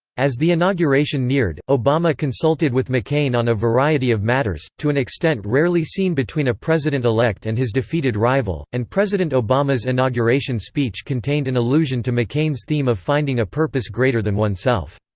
as the inauguration neared, obama consulted with mccain on a variety of matters, to an extent rarely seen between a president-elect and his defeated rival, and president obama's inauguration speech contained an allusion to mccain's theme of finding a purpose greater than oneself.